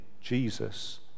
Jesus